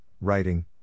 writing